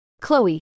Chloe